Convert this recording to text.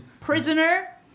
prisoner